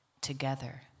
together